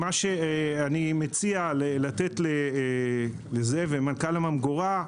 אני מציע לתת לזאב, מנכ"ל הממגורה,